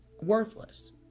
worthless